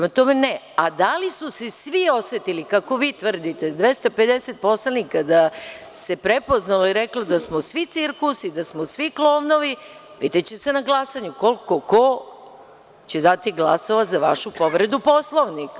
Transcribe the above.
Da li su se svi osetili, kako vi tvrdite, 250 poslanika da se prepoznalo i reklo da smo svi cirkusi, da smo svi klovnovi, videće se na glasanju, koliko će ko dati glasova za vašu povredu Poslovnika.